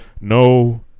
no